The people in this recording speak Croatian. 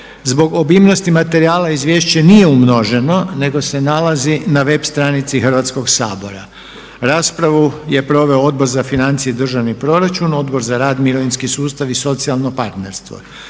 Zbog obimnosti materijala izvješće nije umnoženo nego se nalazi na web stranici Hrvatskoga sabora. Raspravu je proveo Odbor za financije i državni proračun, Odbor za rad, mirovinski sustav i socijalno partnerstvo.